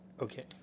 Okay